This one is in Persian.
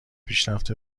پیشرفت